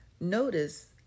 Notice